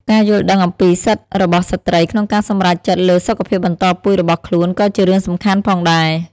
ការយល់ដឹងអំពីសិទ្ធិរបស់ស្ត្រីក្នុងការសម្រេចចិត្តលើសុខភាពបន្តពូជរបស់ខ្លួនក៏ជារឿងសំខាន់ផងដែរ។